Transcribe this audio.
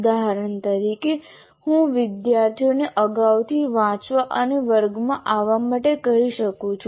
ઉદાહરણ તરીકે હું વિદ્યાર્થીઓને અગાઉથી વાંચવા અને વર્ગમાં આવવા માટે કહી શકું છું